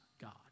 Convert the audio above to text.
God